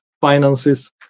finances